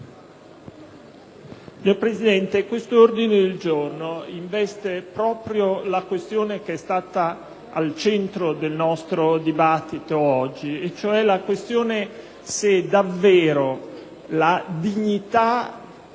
Signor Presidente, l'ordine del giorno G12.200 investe proprio la questione che è stata al centro del nostro dibattito oggi: cioè se davvero la dignità